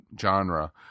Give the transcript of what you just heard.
genre